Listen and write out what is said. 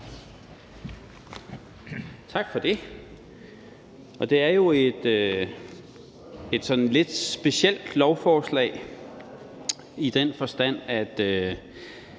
Tak for det. Det er jo sådan et lidt specielt lovforslag i den forstand, at